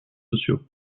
sociaux